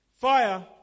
Fire